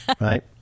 right